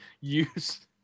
use